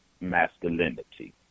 masculinity